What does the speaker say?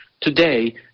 Today